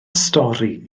stori